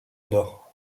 nord